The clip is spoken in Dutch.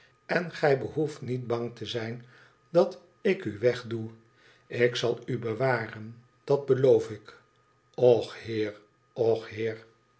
en gij behoeft niet bang te zijn dat ik u wegdoe ik zal u bewaren dat beloof ik och heer och heer